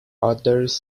others